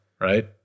right